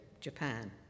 Japan